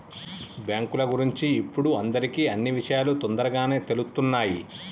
బ్యేంకుల గురించి ఇప్పుడు అందరికీ అన్నీ విషయాలూ తొందరగానే తెలుత్తున్నయ్